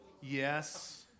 Yes